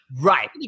right